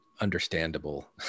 understandable